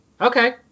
okay